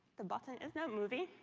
the button is not moving.